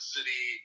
City